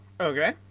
Okay